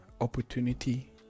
opportunity